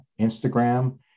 Instagram